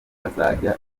azajya